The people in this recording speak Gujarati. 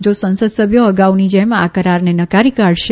જો સંસદ સભ્યો અગાઉની જેમ આ કરારને નકારી કાઢશે